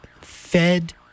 fed